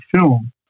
film